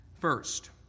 First